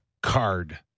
card